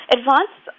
Advanced